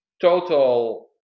total